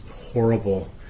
horrible